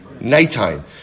Nighttime